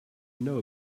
know